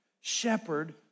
shepherd